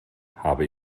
habe